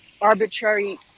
arbitrary